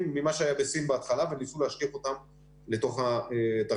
ממה שהיה בסין בהתחלה וניסו להשליך אותם לתוך התרחיש.